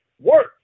work